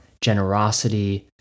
generosity